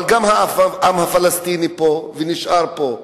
אבל גם העם הפלסטיני פה ונשאר פה.